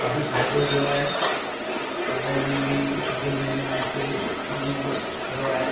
काफ़ी फ़ाइदो थियो आहे पढ़ाई में बि सभिनि में बि मुश्किलु सभिनि कयो आहे